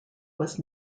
was